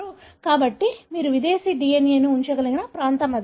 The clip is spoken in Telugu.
కాబట్టి మీరు విదేశీ DNA ను ఉంచగల ప్రాంతం అది